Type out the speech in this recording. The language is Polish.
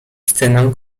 scenę